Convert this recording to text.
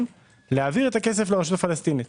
להעביר את מיסי הייבוא לרשות הפלסטינית.